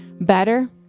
better